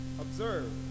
Observe